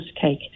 cake